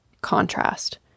contrast